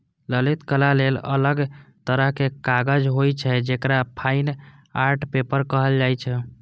ललित कला लेल अलग तरहक कागज होइ छै, जेकरा फाइन आर्ट पेपर कहल जाइ छै